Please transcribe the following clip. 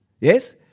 Yes